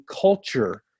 culture